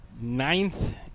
ninth